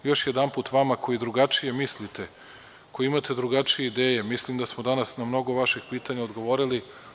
Još jednom, vama koji drugačije mislite, koji imate drugačije ideje, mislim da smo danas na mnogo vaših pitanja odgovorili.